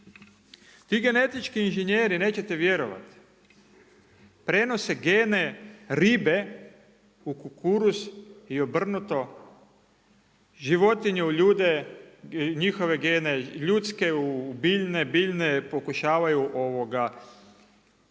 Ti genetički inženjeri neće vjerovati, prenose gene ribe u kukuruz i obrnuto, životinju u ljude, njihove gene, ljudske u biljne, biljne pokušavaju nadograditi,